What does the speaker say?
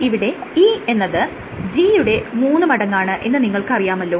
ഇവിടെ E എന്നത് G യുടെ മൂന്ന് മടങ്ങാണ് എന്ന് നിങ്ങൾക്ക് അറിയാമല്ലോ